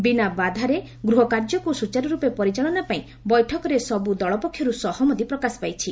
ବିନା ବାଧାରେ ଗୃହକାର୍ଯ୍ୟକୁ ସୁଚାରୁର୍ପେ ପରିଚାଳନାପାଇଁ ବୈଠକରେ ସବ୍ର ଦଳ ପକ୍ଷର୍ ସହମତି ପ୍ରକାଶ ପାଇଛି